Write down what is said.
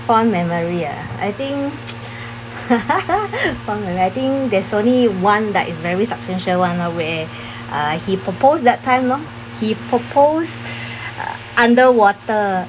fond memory ah I think fond memory I think there's only one but is very substantial one lor where uh he proposed that time lor he proposed underwater